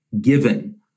given